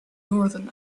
northern